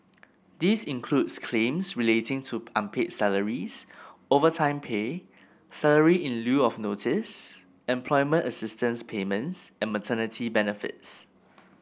this includes claims relating to unpaid salaries overtime pay salary in lieu of notice employment assistance payments and maternity benefits